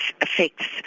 affects